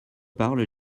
parlent